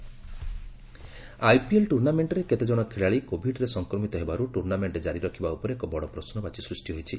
IPL IPL ଟୁର୍ଣ୍ଣାମେଣ୍ଟରେ କେତେଜଣ ଖେଳାଳି କୋବିଡରେ ସଂକ୍ରମିତ ହେବାରୁ ଟୁର୍ଣ୍ଣାମେଣ୍ଟ କାରି ରଖିବା ଉପରେ ଏକ ବଡ଼ ପ୍ରଶ୍ୱବାଚୀ ସୃଷ୍ଟି ହୋଇଛି